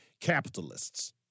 capitalists